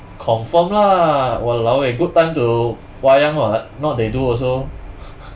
confirm lah !walao! eh good time to wayang [what] not they do also